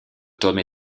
tomes